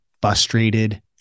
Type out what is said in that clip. frustrated